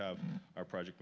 have our project